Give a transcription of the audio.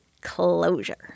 Closure